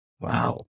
wow